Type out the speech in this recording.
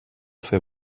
fer